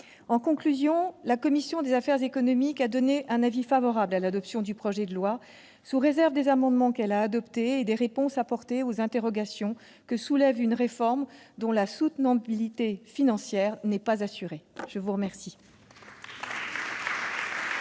En conclusion, la commission des affaires économiques a donné un avis favorable à l'adoption du projet de loi sous réserve des amendements qu'elle a adoptés et des réponses apportées aux interrogations que soulève une réforme dont la soutenabilité financière n'est pas assurée. La parole